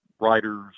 writers